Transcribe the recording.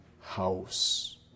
house